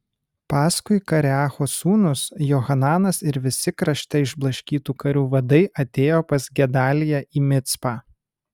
paskui kareacho sūnus johananas ir visi krašte išblaškytų karių vadai atėjo pas gedaliją į micpą